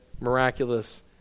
miraculous